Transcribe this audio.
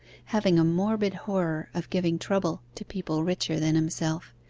having a morbid horror of giving trouble to people richer than himself,